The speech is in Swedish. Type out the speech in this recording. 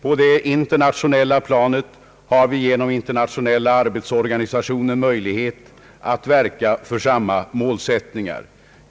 På det internationella planet har vi genom Internationella arbetsorganisationen möjlighet att verka för samma målsättningar.